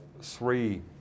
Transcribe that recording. three